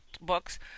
books